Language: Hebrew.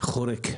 היה חורק.